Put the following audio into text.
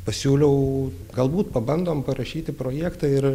pasiūliau galbūt pabandom parašyti projektą